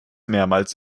mehrmals